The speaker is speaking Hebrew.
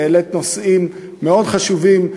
והעלית נושאים מאוד חשובים,